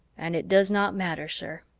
and it does not matter, sir,